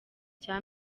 cya